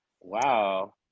Wow